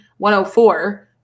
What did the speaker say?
104